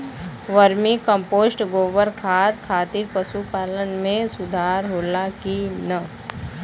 Vermi compost गोबर खाद खातिर पशु पालन में सुधार होला कि न?